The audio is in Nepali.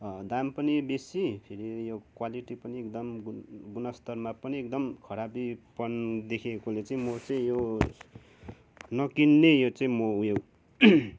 दाम पनि बेसी फेरि यो क्वालिटी पनि एकदम गुणस्तरमा पनि एकदम खराबीपन देखेकोले चाहिँ म चाहिँ यो नकिन्ने यो चाहिँ म ऊ यो